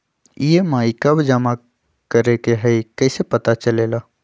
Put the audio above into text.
EMI कव जमा करेके हई कैसे पता चलेला?